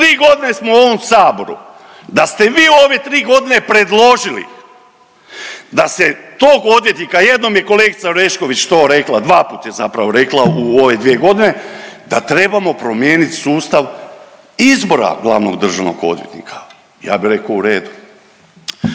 3.g. smo u ovom saboru, da ste vi u ove 3.g. predložili da se tog odvjetnika, jednom je kolegica Orešković to rekla, dvaput je zapravo rekla u ove 2.g., da trebamo promijenit sustav izbora glavnog državnog odvjetnika, ja bi rekao u redu.